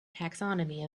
taxonomy